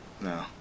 no